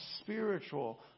spiritual